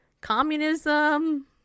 communism